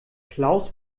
klaus